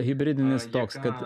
hibridinis toks kad